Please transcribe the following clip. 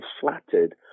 flattered